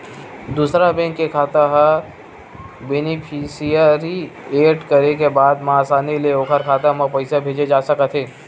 दूसर बेंक के खाता ह बेनिफिसियरी एड करे के बाद म असानी ले ओखर खाता म पइसा भेजे जा सकत हे